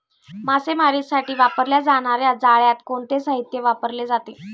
मासेमारीसाठी वापरल्या जाणार्या जाळ्यात कोणते साहित्य वापरले जाते?